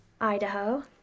Idaho